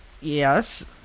yes